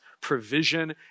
provision